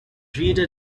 reader